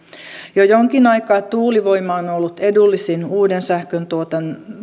jo jonkin aikaa tuulivoima on ollut edullisin uuden sähköntuotannon